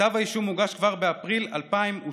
כתב האישום הוגש כבר באפריל 2017,